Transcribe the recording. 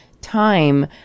time